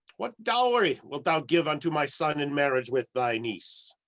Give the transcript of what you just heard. what dowry wilt thou give unto my son in marriage with thy niece?